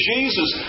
Jesus